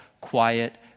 quiet